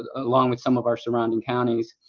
ah along with some of our surrounding counties.